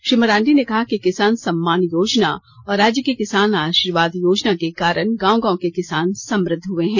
श्री मरांडी ने कहा की किसान सम्मान योजना और राज्य की किसान आशीर्वाद योजना के कारण गांव गांव के किसान समृद्ध हुए हैं